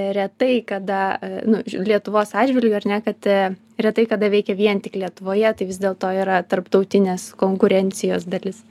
retai kada nu lietuvos atžvilgiu ar ne kad retai kada veikia vien tik lietuvoje tai vis dėlto yra tarptautinės konkurencijos dalis